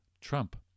Trump